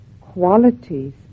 qualities